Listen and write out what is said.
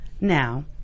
Now